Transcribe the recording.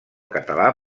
català